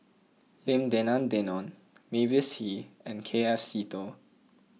Lim Denan Denon Mavis Hee and K F Seetoh